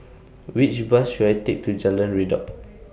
Which Bus should I Take to Jalan Redop